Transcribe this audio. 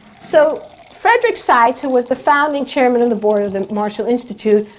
so frederick seitz, who was the founding chairman of the board of the marshall institute,